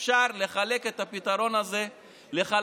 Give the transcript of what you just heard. אפשר לחלק את הפתרון הזה לחלקים.